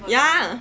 yeah